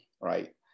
right